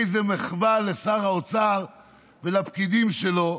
איזה מחווה לשר האוצר ולפקידים שלו,